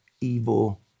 evil